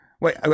wait